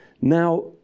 now